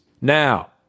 Now